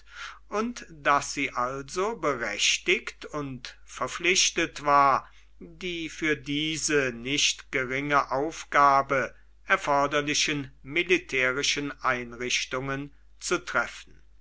und daß sie also berechtigt und verpflichtet war die für diese nicht geringe aufgabe erforderlichen militärischen einrichtungen zu treffen